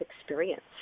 experience